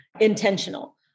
intentional